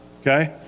okay